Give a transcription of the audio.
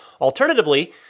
Alternatively